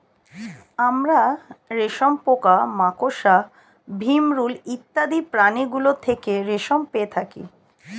আমরা রেশম পোকা, মাকড়সা, ভিমরূল ইত্যাদি প্রাণীগুলো থেকে রেশম পেয়ে থাকি